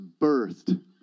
birthed